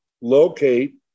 Locate